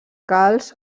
calç